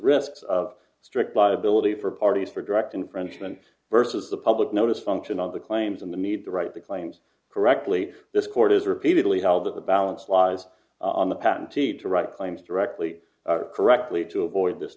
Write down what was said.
risks of strict liability for parties for direct infringement versus the public notice function on the claims and the need to write the claims correctly this court has repeatedly held that the balance lies on the patentee to write claims directly correctly to avoid this